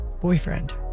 boyfriend